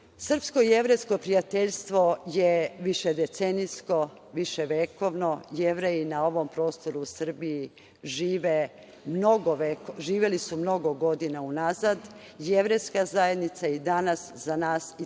Srpsko-jevrejsko prijateljstvo je višedecenijsko, viševekovno, Jevreji na ovom prostoru Srbije živeli su mnogo godina unazad. Jevrejska zajednica i danas za nas je i